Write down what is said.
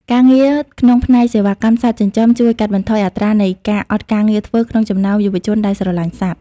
ការងារក្នុងផ្នែកសេវាកម្មសត្វចិញ្ចឹម ជួយកាត់បន្ថយអត្រានៃការអត់ការងារធ្វើក្នុងចំណោមយុវជនដែលស្រឡាញ់សត្វ។